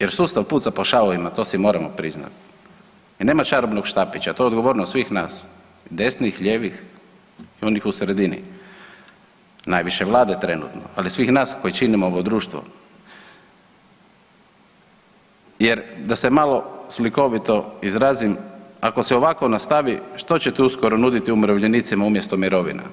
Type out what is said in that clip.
jer sustav puca po šavovima to si moramo priznati jer nema čarobnog štapića to je odgovornost svih nas, desnih, lijevih i onih u sredini, najviše Vlade trenutno, ali svih nas koji činimo ovo društvo jer da se malo slikovito izrazim, ako se ovako nastavi što ćete uskoro nuditi umirovljenicima umjesto mirovina?